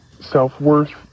self-worth